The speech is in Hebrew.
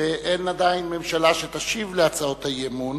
אין עדיין ממשלה שתשיב על הצעות האי-אמון.